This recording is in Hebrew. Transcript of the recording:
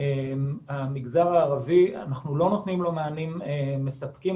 למגזר הערבי אנחנו לא נותנים מענים מספקים.